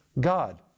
God